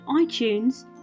iTunes